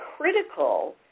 critical